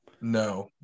No